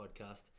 podcast